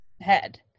head